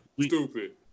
stupid